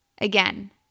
Again